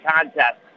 contest